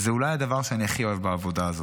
וזה אולי הדבר שאני הכי אוהב בעבודה הזאת.